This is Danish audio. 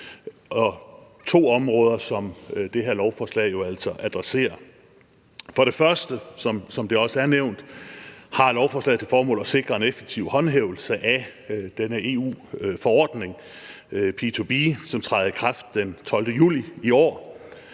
– to områder, som det her lovforslag jo altså adresserer. For det første, som det også er nævnt, har lovforslaget til formål at sikre en effektiv håndhævelse af denne EU-forordning, P2B, som træder i kraft den 12. juli i år.